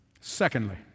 Secondly